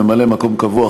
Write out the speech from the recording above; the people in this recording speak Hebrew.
ממלא-מקום קבוע,